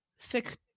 thick